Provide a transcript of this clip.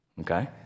Okay